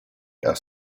are